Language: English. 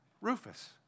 Rufus